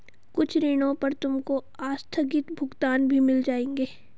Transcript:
कुछ ऋणों पर तुमको आस्थगित भुगतान भी मिल जाएंगे